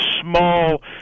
small